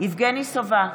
יבגני סובה,